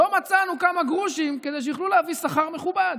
לא מצאנו כמה גרושים כדי שיוכלו להביא שכר מכובד.